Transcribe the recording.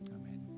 Amen